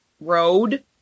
road